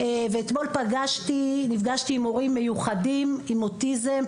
אתמול נפגשתי עם הורים למיוחדים עם אוטיזם,